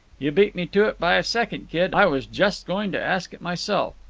you beat me to it by a second, kid. i was just going to ask it myself.